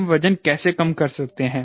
हम वजन कैसे कम कर सकते हैं